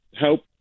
help